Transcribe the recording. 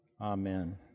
Amen